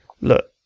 look